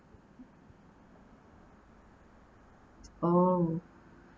oh